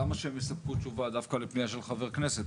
למה שהם יספקו תשובה דווקא לפנייה של חבר כנסת?